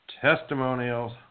testimonials